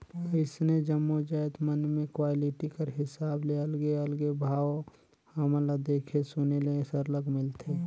अइसने जम्मो जाएत मन में क्वालिटी कर हिसाब ले अलगे अलगे भाव हमन ल देखे सुने ले सरलग मिलथे